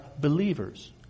believers